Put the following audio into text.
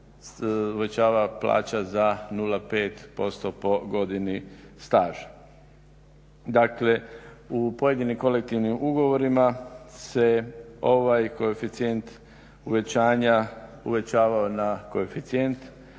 uvećava plaća za 0,5% po godini staža. Dakle, u pojedinim kolektivnim ugovorima se ovaj koeficijent uvećanja uvećavao na koeficijent.